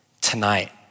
tonight